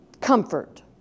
comfort